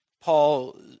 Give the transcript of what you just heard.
Paul